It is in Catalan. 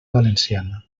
valenciana